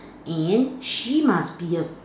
and she must be a